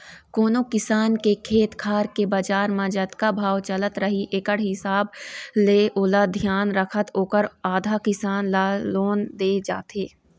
कोनो किसान के खेत खार के बजार म जतका भाव चलत रही एकड़ हिसाब ले ओला धियान रखत ओखर आधा, किसान ल लोन दे जाथे